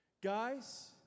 Guys